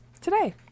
today